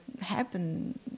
happen